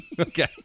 Okay